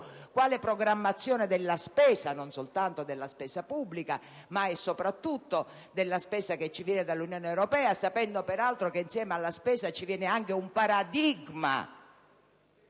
la programmazione della spesa, non soltanto pubblica, ma soprattutto quella che ci viene dall'Unione europea, sapendo peraltro che, insieme alla spesa, ci arriva anche un paradigma